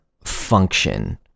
function